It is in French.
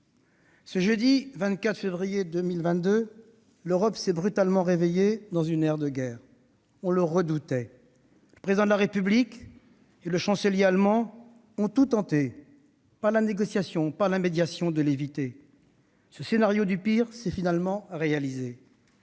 Ce jeudi 24 février 2022, l'Europe s'est brutalement réveillée dans une ère de guerre. On le redoutait. Le Président de la République et le Chancelier allemand ont tout tenté, par la négociation, par la médiation, pour l'éviter. Ce scénario du pire s'est finalement réalisé